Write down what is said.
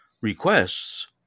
requests